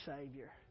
Savior